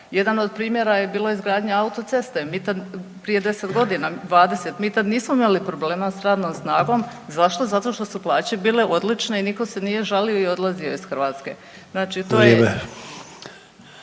Jedan od primjera je bila izgradnja autoceste, prije 10 godina, 20, mi tad nismo imali problema s radnom snagom. Zašto? Zato što su plaće bile odlične i niko se nije žalio i odlazio iz Hrvatske. Znači to je